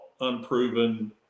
unproven